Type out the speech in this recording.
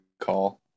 call